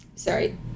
Sorry